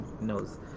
knows